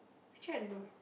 actually I don't know